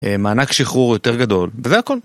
מענק שחרור יותר גדול, וזה הכל.